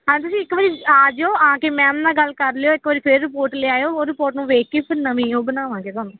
ਹਾਂ ਤੁਸੀਂ ਇੱਕ ਵਾਰ ਆ ਜਾਇਓ ਆ ਕੇ ਮੈਮ ਨਾਲ ਗੱਲ ਕਰ ਲਿਓ ਇੱਕ ਵਾਰ ਫਿਰ ਰਿਪੋਰਟ ਲਿਆਇਓ ਉਹ ਰਿਪੋਰਟ ਨੂੰ ਵੇਖ ਕੇ ਫਿਰ ਨਵੀਂ ਉਹ ਬਣਾਵਾਂਗੇ ਤੁਹਾਨੂੰ